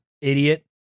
Idiot